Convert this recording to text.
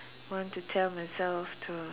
want to tell myself to